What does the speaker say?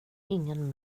ingen